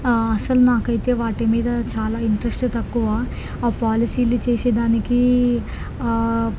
అసలు నాకైతే వాటి మీద చాలా ఇంట్రెస్టే తక్కువ ఆ పాలసీలు చేసేదానికి